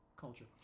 culture